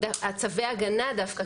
צווי ההגנה דווקא,